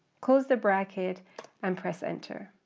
close the bracket and press enter.